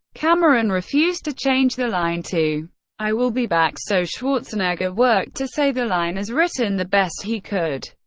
cameron refused to change the line to i will be back, so schwarzenegger worked to say the line as written the best he could.